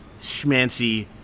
schmancy